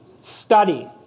study